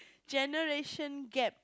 generation gap